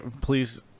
please